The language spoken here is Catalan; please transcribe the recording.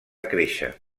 créixer